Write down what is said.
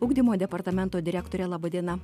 ugdymo departamento direktorė laba diena